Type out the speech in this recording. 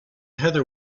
heather